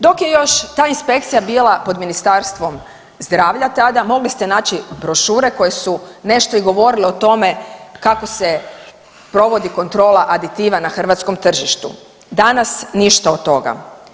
Dok je još ta inspekcija bila pod Ministarstvom zdravlja tada mogli ste naći brošure koje su nešto i govorile o tome kako se provodi kontrola aditiva na hrvatskom tržištu, danas ništa od toga.